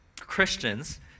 Christians